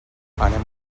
anem